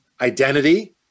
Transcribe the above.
identity